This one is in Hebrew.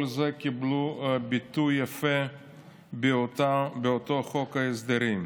כל אלה קיבלו ביטוי יפה באותו חוק הסדרים.